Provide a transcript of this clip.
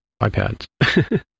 iPads